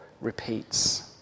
repeats